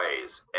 ways